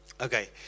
Okay